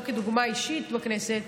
לא כדוגמה אישית בכנסת.